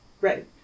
Right